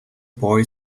boy